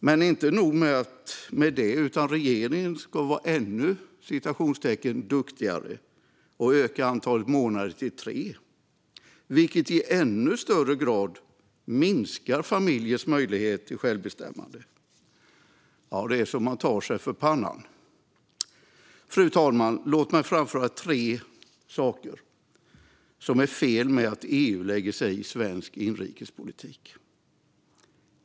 Men inte nog med det, utan regeringen vill visa sig ännu duktigare och ökar antalet månader till tre, vilket i ännu högre grad minskar familjers möjlighet till självbestämmande. Det är så att man tar sig för pannan! Fru talman! Låt mig framföra tre saker som är fel med att EU lägger sig i svensk inrikespolitik.